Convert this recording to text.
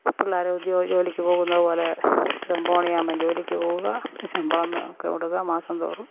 പിള്ളേർ ഉദ്ദ്യോ ജോലിക്ക് പോകുന്നതുപോലെ ഒരു ഒൻപത് മണിയാകുമ്പോള് ജോലിക്ക് പോവുക ശമ്പളം കൊടുക്കുക മാസം തോറും